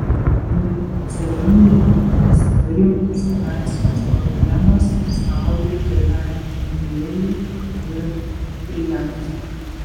neoficialiomis žiniomis rimtos finansinės problemos smaugia kėdainių nevėžį ir prienus